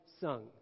sung